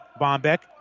Bombeck